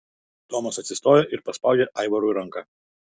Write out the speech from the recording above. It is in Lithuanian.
tomas atsistojo ir paspaudė aivarui ranką